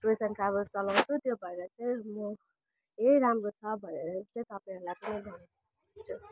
tours and travels चलाउँछु त्यो भएर चाहिँ म यही राम्रो छ भनेर चाहिँ तपाईँहरूलाई पनि भन्छु